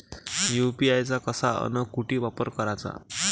UPI चा कसा अन कुटी वापर कराचा?